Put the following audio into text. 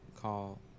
call